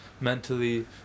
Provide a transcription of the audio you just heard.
Mentally